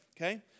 okay